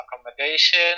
accommodation